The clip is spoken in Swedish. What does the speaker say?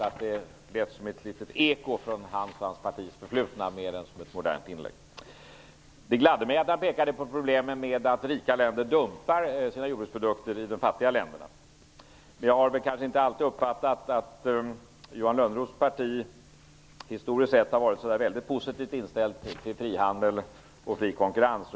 Det lät mera som ett litet eko från hans partis förflutna än som ett modernt inlägg. Det gladde mig att Johan Lönnroth pekade på problemen med att rika länder dumpar sina jordbruksprodukter i de fattiga länderna. Jag har kanske inte alltid uppfattat att Johan Lönnroths parti historiskt sett varit så väldigt positivt inställd till frihandel och fri konkurrens.